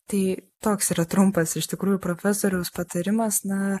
tai toks yra trumpas iš tikrųjų profesoriaus patarimas na